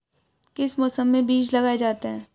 किस मौसम में बीज लगाए जाते हैं?